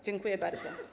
Dziękuję bardzo.